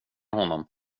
honom